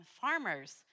farmers